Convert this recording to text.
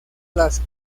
las